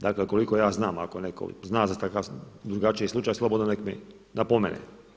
Dakle koliko ja znam, ako netko zna za takav, drugačiji slučaj, slobodno neka mi napomene.